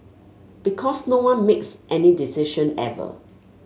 because no one makes any decision ever